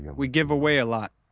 we give away a lot.